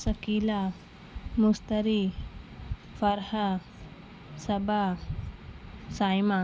Sakila Mistry Farha Saba Saima